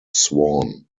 swan